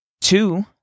Two